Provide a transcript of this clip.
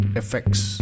effects